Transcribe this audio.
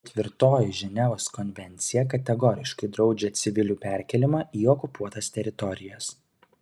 ketvirtoji ženevos konvencija kategoriškai draudžia civilių perkėlimą į okupuotas teritorijas